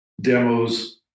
demos